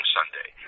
Sunday